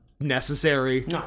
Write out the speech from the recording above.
necessary